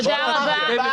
נצביע.